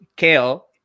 Kale